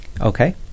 Okay